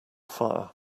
fire